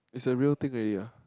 is a real thing already ah